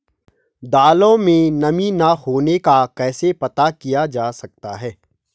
दालों में नमी न होने का कैसे पता किया जा सकता है?